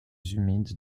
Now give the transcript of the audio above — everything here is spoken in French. humides